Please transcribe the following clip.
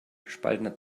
gespaltener